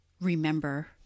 remember